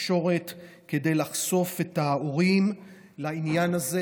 התקשורת כדי לחשוף את ההורים לעניין הזה,